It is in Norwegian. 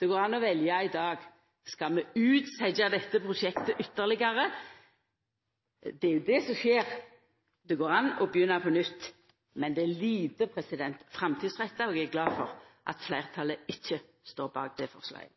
det går an å velja i dag. Skal vi utsetja dette prosjektet ytterlegare? Det er jo det som skjer. Det går an å begynna på nytt, men det er lite framtidsretta. Og eg er glad for at fleirtalet ikkje står bak det forslaget.